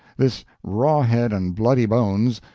this rawhead-and-bloody-bones,